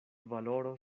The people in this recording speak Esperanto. valoro